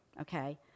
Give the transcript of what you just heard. okay